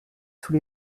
sous